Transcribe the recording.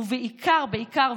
ובעיקר בעיקר,